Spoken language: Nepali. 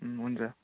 हुन्छ